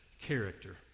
character